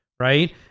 Right